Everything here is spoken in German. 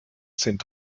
sind